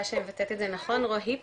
אני מקווה שאני מבטאת את זה נכון "רהיפנול",